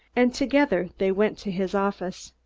and together they went to his office.